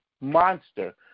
monster